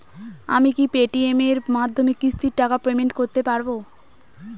আমি কি Paytm এর মাধ্যমে কিস্তির টাকা পেমেন্ট করতে পারব?